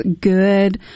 good